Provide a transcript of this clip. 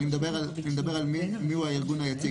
אני מדבר על מי הוא הארגון היציג.